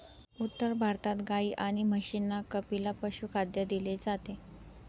उत्तर भारतात गाई आणि म्हशींना कपिला पशुखाद्य दिले जाते